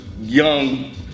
young